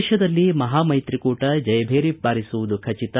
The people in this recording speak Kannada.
ದೇಶದಲ್ಲಿ ಮಹಾಮೈತ್ರಿಕೂಟ ಜಯಭೇರಿ ಬಾರಿಸುವುದು ಖಚಿತ